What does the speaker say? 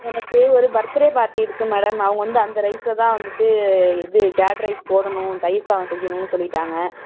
எனக்கு ஒரு birthday party இருக்குது மேடம் அவங்க வந்து அந்த ரைஸில்தான் வந்துட்டு இது கேர்ட் ரைஸ் போடணும் தயிர் சாதம் செய்யணும்ன்னு சொல்லிட்டாங்க